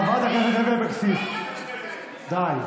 חברת הכנסת לוי אבקסיס, די.